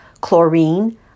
chlorine